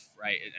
right